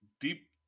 deep